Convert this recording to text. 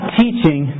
teaching